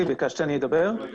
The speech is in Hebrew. אני אהיה